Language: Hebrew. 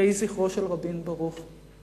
יהיה זכרו של רבין ברוך.